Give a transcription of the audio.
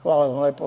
Hvala vam lepo.